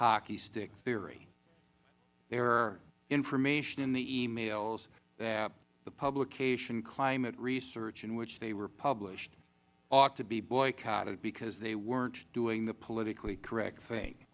hockey stick theory there are information in the e mails that the publication climate research in which they were published ought to be boycotted because they weren't doing the politically correct thing